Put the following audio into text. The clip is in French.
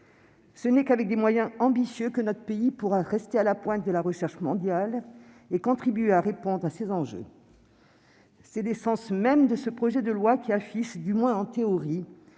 Ce n'est qu'avec des moyens ambitieux que notre pays pourra rester à la pointe de la recherche mondiale et contribuer à répondre à ces enjeux. C'est l'essence même de ce projet de loi qui affiche, du moins en théorie,